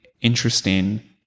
interesting